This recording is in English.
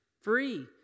Free